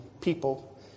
people